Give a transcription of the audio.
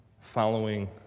following